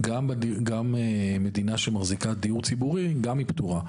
גם מדינה שמחזיקה דיור ציבורי, גם היא פטורה.